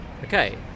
okay